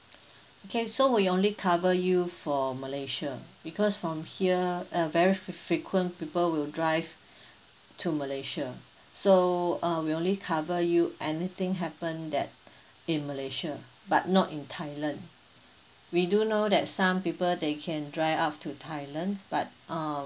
okay so we only cover you for malaysia because from here uh very frequent people will drive to malaysia so uh we only cover you anything happen that in malaysia but not in thailand we do know that some people they can drive up to thailand but uh